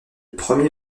premier